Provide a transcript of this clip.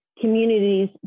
communities